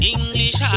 English